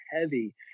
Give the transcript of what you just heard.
heavy